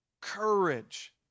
courage